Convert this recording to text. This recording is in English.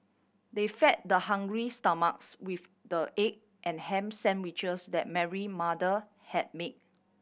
they fed the hungry stomachs with the egg and ham sandwiches that Mary mother had made